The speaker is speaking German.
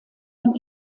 man